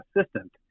assistant